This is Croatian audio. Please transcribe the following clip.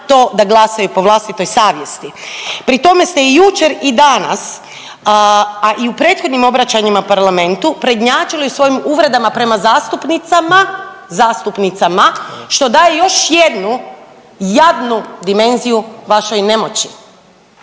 to da glasaju po vlastitoj savjesti. Pri tome ste i jučer i danas, a i u prethodnim obraćanjima Parlamentu prednjačili u svojim uvredama prema zastupnicama, zastupnicama što daje još jednu jadnu dimenziju vašoj nemoći.